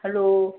hello